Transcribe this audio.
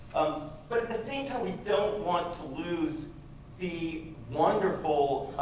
but at the same time, we don't want to lose the wonderful